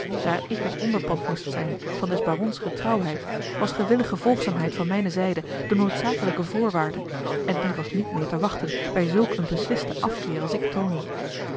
daar ik het onderpand moest zijn van des barons getrouwheid was gewillige volgzaamheid van mijne zijde de noodzakelijke voorwaarde en die was niet meer te wachten bij zulk een beslisten afkeer als ik toonde